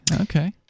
Okay